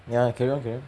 ya carry on carry on